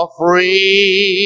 free